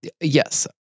Yes